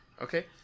Okay